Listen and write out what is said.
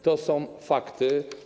To są fakty.